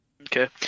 Okay